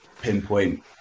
pinpoint